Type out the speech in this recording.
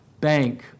bank